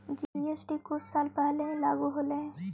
GST कुछ साल पहले ही लागू होलई हे